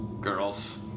girls